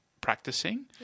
practicing